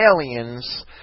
aliens